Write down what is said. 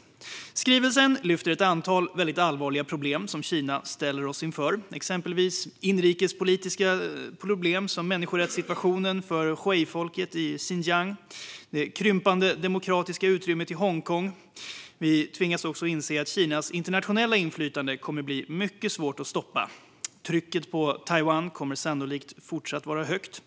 I skrivelsen lyfts det upp ett antal väldigt allvarliga problem som Kina ställer oss inför, exempelvis inrikespolitiska problem som människorättssituationen för huifolket i Xinjiang och det krympande demokratiska utrymmet i Hongkong. Vi tvingas också att inse att Kinas internationella inflytande kommer att bli mycket svårt att stoppa. Trycket på Taiwan kommer sannolikt att fortsätta vara högt.